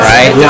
Right